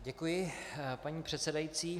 Děkuji, paní předsedající.